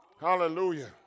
Hallelujah